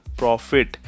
profit